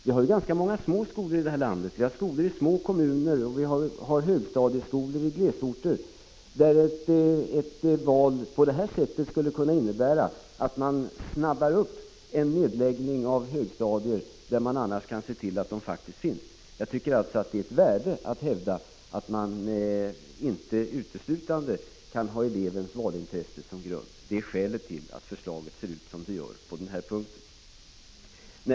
Vi har ganska många små skolor i landet. Vi har skolor i små kommuner och högstadieskolor i glesbygdsorter, där ett sådant här val skulle innebära att man snabbar upp en nedläggning av högstadieundervisning på platser där man annars skulle kunna se till att sådan undervisning faktiskt finns. Jag tycker alltså att det är ett värde att hävda att man inte uteslutande kan ha elevens intresse som grund. Det är skälet till att förslaget ser ut som det gör på denna punkt.